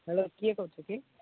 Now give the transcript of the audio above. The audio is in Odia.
ହ୍ୟାଲୋ କିଏ କହୁଛ କି